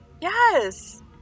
yes